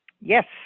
Yes